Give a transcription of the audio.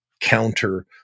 counter